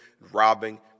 robbing